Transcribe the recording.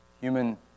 Human